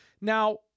Now